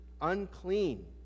unclean